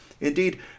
Indeed